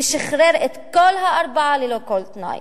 ושחרר את כל הארבעה ללא כל תנאי.